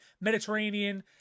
Mediterranean –